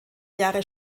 jahre